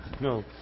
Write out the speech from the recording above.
No